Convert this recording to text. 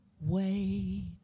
wait